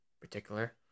particular